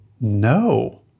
No